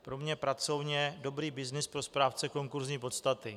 Pro mě pracovně dobrý byznys pro správce konkursní podstaty.